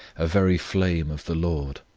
a very flame of the lord.